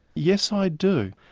yes i do.